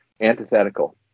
antithetical